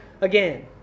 again